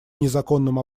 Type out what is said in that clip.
незаконным